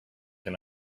can